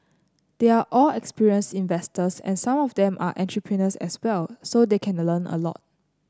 they are all experienced investors and some of them are entrepreneurs as well so they can learn a lot